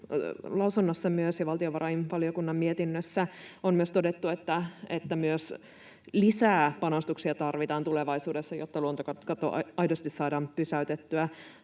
lausunnossa myös, ja valtiovarainvaliokunnan mietinnössä on myös todettu, että lisää panostuksia tarvitaan tulevaisuudessa, jotta luontokato aidosti saadaan pysäytettyä.